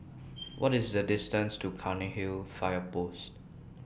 What IS The distance to Cairnhill Fire Post